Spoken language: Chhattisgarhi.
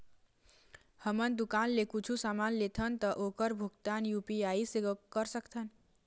हमन दुकान से कुछू समान लेथन ता ओकर भुगतान यू.पी.आई से कर सकथन?